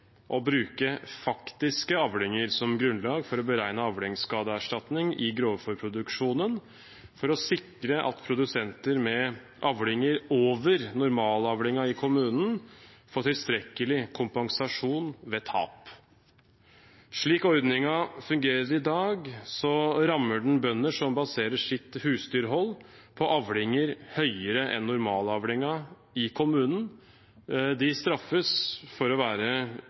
å bruke faktiske avlinger som grunnlag for å beregne avlingsskadeerstatning i grovfôrproduksjonen, for å sikre at produsenter med avlinger over normalavlingen i kommunen får tilstrekkelig kompensasjon ved tap. Slik ordningen fungerer i dag, rammer den bønder som baserer sitt husdyrhold på avlinger som er større enn normalavlingen i kommunen. De straffes for å være